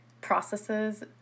processes